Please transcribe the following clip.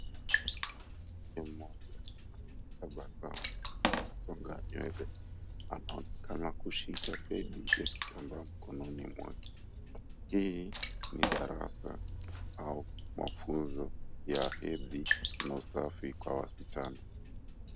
Mwanamke mmoja anaonekana akitabasamu, amesonga nywele, anaonekana kushika padi ya kikanda mkononi mwake. Hii ni darasa au mafunzo ya hedhi na safi kwa wasichana.